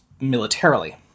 militarily